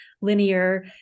linear